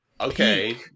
okay